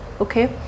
okay